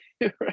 Right